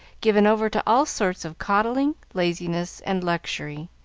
given over to all sorts of coddling, laziness, and luxury,